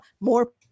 more